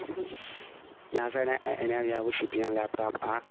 مےٚ ہَسا اَنے اَنے یَوٕ شُپین لٮ۪پٹاپ اَکھ